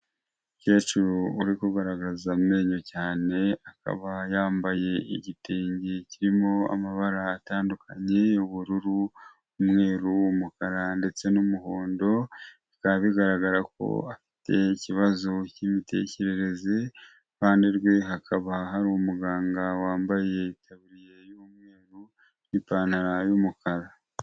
Umukecuru uri kugaragaza amenyo cyane, akaba yambaye igitenge kirimo amabara atandukanye y'ubururu, umweru umukara ndetse n'umuhondo, bikaba bigaragara ko afite ikibazo cy'imitekerereze, iruhande rwe hakaba hari umuganga wambaye itaburiye y'umweru n'ipantaro y'umukara.